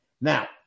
Now